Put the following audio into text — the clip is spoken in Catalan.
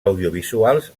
audiovisuals